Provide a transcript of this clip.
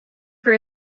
for